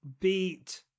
beat